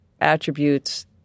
attributes